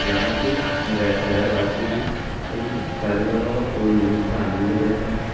यहाँ के रे शहरवासी भी इन कार्यक्रमों का पूर्ण रूप से आनंद लेते हैं